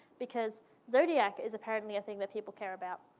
because zodiac is apparently a thing that people care about.